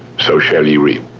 so shall ye reap.